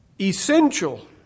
essential